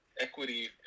equity